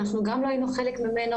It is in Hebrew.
אנחנו גם לא היינו חלק ממנו,